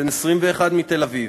בן 21, מתל-אביב,